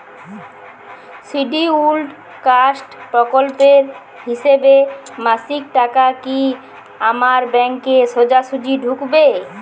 Scheduled caste প্রকল্পের হিসেবে মাসিক টাকা কি আমার ব্যাংকে সোজাসুজি ঢুকবে?